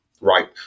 Right